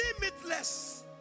limitless